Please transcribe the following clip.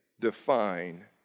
define